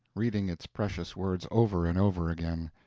reading its precious words over and over again,